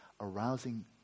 arousing